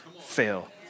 fail